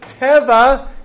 teva